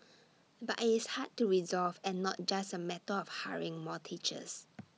but it's hard to resolve and not just A matter of hiring more teachers